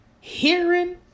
hearing